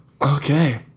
Okay